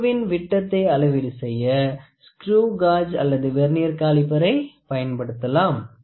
திருகுவின் விட்டத்தை அளவீடு செய்ய ஸ்குரு காஜ் அல்லது வெர்னியர் காலிபரை பயன்படுத்தலாம்